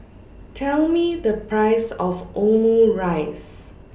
Tell Me The Price of Omurice